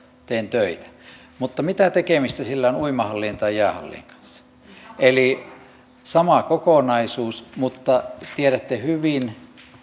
teen töitä mutta mitä tekemistä sillä on uimahallien tai jäähallien kanssa eli sama kokonaisuus mutta tiedätte hyvin